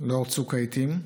לאור צוק העיתים,